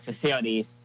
facilities